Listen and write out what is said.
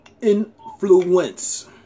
Influence